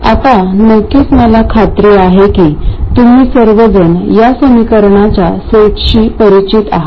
आता नक्कीच मला खात्री आहे की तुम्ही सर्वजण या समीकरणाच्या सेटशी परिचित आहात